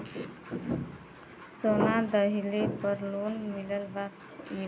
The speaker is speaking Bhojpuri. सोना दहिले पर लोन मिलल का?